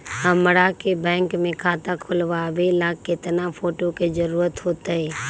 हमरा के बैंक में खाता खोलबाबे ला केतना फोटो के जरूरत होतई?